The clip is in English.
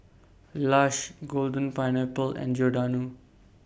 Lush Golden Pineapple and Giordano